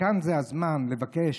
וכאן זה הזמן לבקש,